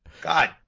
God